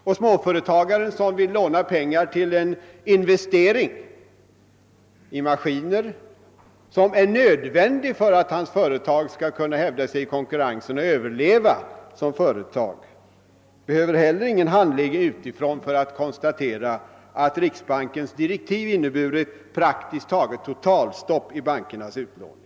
En små företagare som vill låna pengar till en investering i maskiner som är nödvändig för att hans företag skall kunna hävda sig i konkurrensen och överleva behöver heller ingen handledning utifrån för att konstatera att riksbankens direktiv inneburit praktiskt taget totalstopp i bankernas utlåning.